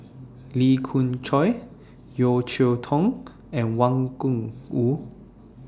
Lee Khoon Choy Yeo Cheow Tong and Wang Gungwu